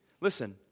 Listen